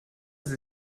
sie